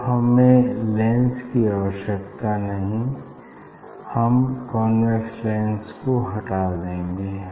अब हमें लेंस की आवस्यकता नहीं हम कॉन्वेक्स लेंस को हटा देंगे